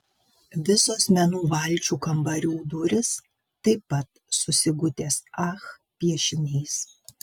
visos menų valčių kambarių durys taip pat su sigutės ach piešiniais